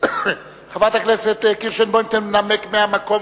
חברת הכנסת קירשנבאום תנמק מהמקום,